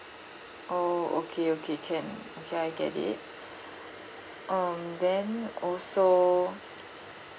oh okay okay can okay I get it um then also